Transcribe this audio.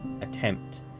attempt